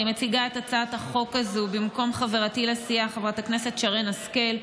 אני מציגה את הצעת החוק הזאת במקום חברתי לסיעה חברת הכנסת שרן השכל,